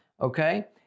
okay